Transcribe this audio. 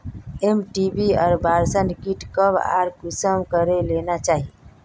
MTP abortion kit कब आर कुंसम करे लेना चही?